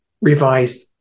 revised